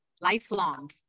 Lifelong